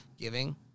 Giving